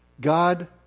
God